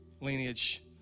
lineage